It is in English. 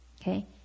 Okay